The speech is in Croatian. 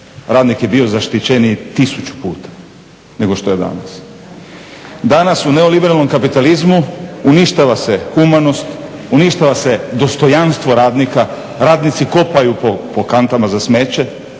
radnik je bio zaštićeniji tisuću puta nego što je danas. Danas u neoliberalnom kapitalizmu uništaa se humanost, uništava se dostojanstvo radnika, radnici kopaju po kantama za smeće,